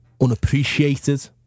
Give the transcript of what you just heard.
unappreciated